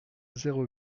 zéro